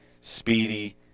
Speedy